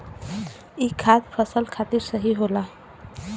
ई खाद फसल खातिर सही होला